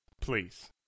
please